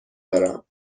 دارم